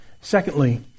Secondly